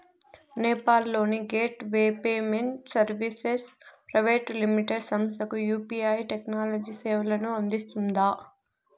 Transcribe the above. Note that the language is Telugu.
నేపాల్ లోని gateway payment services private limited సంస్థకు యు.పి.ఐ టెక్నాలజీ సేవలను అందిస్తుందా?